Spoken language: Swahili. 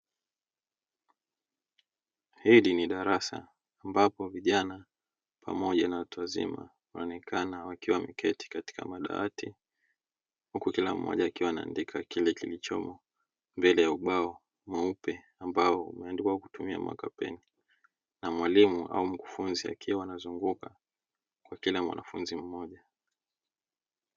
Hili ni darasa ambapo vijana pamoja na watu wazima wanaonekana wakiwa wameketi katika madawati huku kila mmoja akiwa anaandika kile kilichomo mbele ya ubao mweupe ambao umeandikwa kwa kutumia makapeni na mwalimu au mkufunzi akiwa anazunguka kwa kila mwanafunzi mmoja.